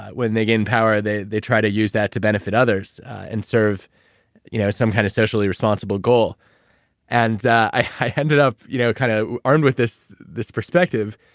when they gain power, they they try to use that to benefit others and serve you know some kind of socially responsible goal and i ended up you know kind of armed with this this perspective,